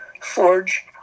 Forge